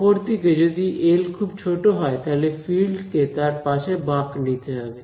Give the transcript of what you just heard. অপরদিকে যদি এল খুব ছোট হয় তাহলে ফিল্ড কে তার পাশে বাঁক নিতে হবে